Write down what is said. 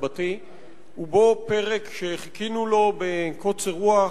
ובו פרק שחיכינו לו בקוצר רוח,